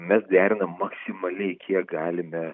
mes derinam maksimaliai kiek galime